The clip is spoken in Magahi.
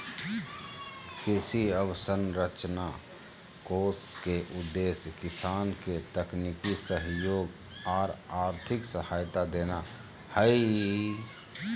कृषि अवसंरचना कोष के उद्देश्य किसान के तकनीकी सहयोग आर आर्थिक सहायता देना हई